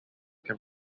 can